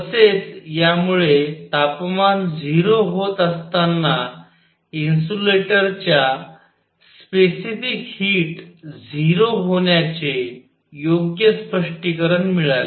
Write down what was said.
तसेच यामुळे तापमान 0 होत असताना इन्सुलेटरच्या स्पेसिफिक हीट 0 होण्याचे योग्य स्पष्टीकरण मिळाले